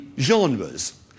Genres